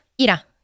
Ira